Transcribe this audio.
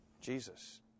Jesus